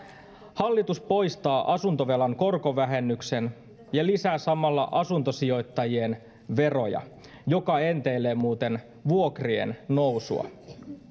hallitus poistaa asuntovelan korkovähennyksen ja lisää samalla asuntosijoittajien veroja joka enteilee muuten vuokrien nousua